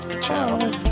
Ciao